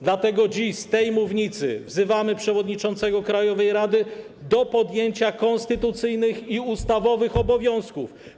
Dlatego dziś z tej mównicy wzywamy przewodniczącego krajowej rady do podjęcia konstytucyjnych i ustawowych obowiązków.